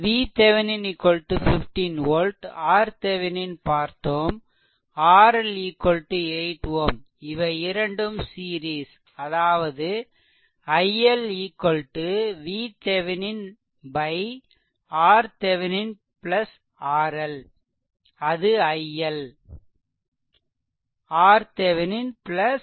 VThevenin 15 volt RThevenin பார்த்தோம் RL 8 Ω இவையிரண்டும் series that அதாவது i L VThevenin RThevenin RL அது i L RThevenin RL